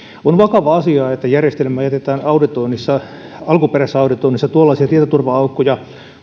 on vakava asia että järjestelmään jätetään alkuperäisessä auditoinnissa tuollaisia tietoturva aukkoja